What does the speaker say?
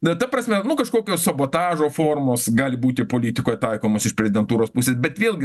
na ta prasme nu kažkokios sabotažo formos gali būti politikoj taikomos iš prezidentūros pusės bet vėlgi